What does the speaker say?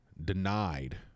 denied